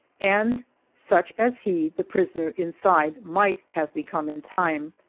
and such as he, the prisoner inside might have become in time.